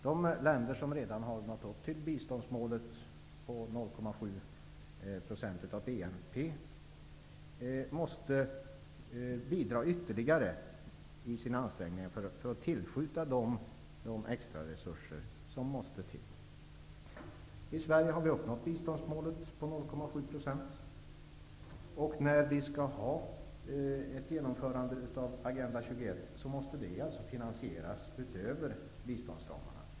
De länder som redan har nått upp till biståndsmålet på 0,7 % av BNP måste bidra ytterligare med sina ansträngningar för att tillskjuta de extra resurser som behövs. Sverige har uppnått biståndsmålet på 0,7 % av BNP. När vi skall genomföra Agenda 21 måste det alltså finansieras utöver biståndsramarna.